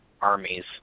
armies